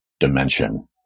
dimension